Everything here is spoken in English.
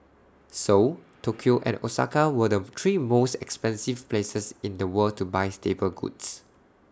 Seoul Tokyo and Osaka were the three most expensive places in the world to buy staple goods